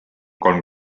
kolm